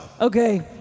Okay